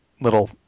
little